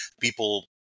people